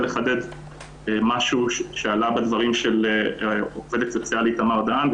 לחדד משהו שעלה בדברים של עובדת סוציאלית תמר דהאן,